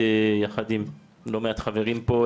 יחד עם לא מעט חברים פה,